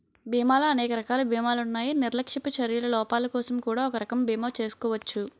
బీమాలో అనేక రకాల బీమాలున్నాయి నిర్లక్ష్యపు చర్యల లోపాలకోసం కూడా ఒక రకం బీమా చేసుకోచ్చు